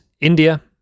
India